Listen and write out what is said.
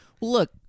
Look